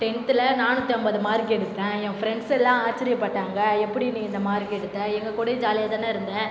டென்த்தில் நானூற்றி ஐம்பது மார்க்கு எடுத்தேன் என் ஃப்ரிண்ட்ஸ் எல்லாம் ஆச்சரியம் பட்டாங்க எப்படி நீ இந்த மார்க்கு எடுத்த எங்கள் கூடயும் ஜாலியாக தானே இருந்த